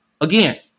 again